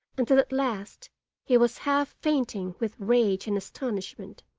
until at last he was half fainting with rage and astonishment.